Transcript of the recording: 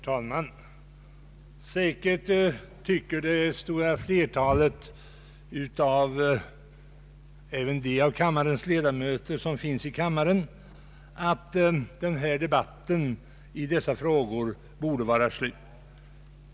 Herr talman! Säkert tycker det stora flertalet av kammarens ledamöter — även de flesta av dem som nu befinner sig i kammaren — att debatten i dessa frågor borde vara slut.